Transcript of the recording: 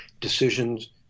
decisions